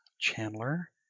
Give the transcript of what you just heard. Chandler